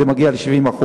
זה מגיע ל-70%.